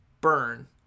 burn